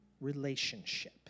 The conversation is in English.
relationship